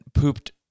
pooped